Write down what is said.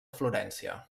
florència